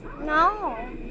No